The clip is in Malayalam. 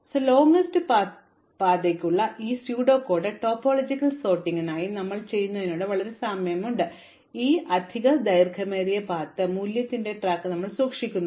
അതിനാൽ ദൈർഘ്യമേറിയ പാതയ്ക്കുള്ള ഈ കപട കോഡ് ടോപ്പോളജിക്കൽ സോർട്ടിംഗിനായി ഞങ്ങൾ ചെയ്തതിനോട് വളരെ സാമ്യമുള്ളതാണ് ഈ അധിക ദൈർഘ്യമേറിയ പാത്ത് മൂല്യത്തിന്റെ ട്രാക്ക് ഞങ്ങൾ സൂക്ഷിക്കുന്നു